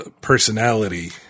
personality